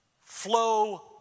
flow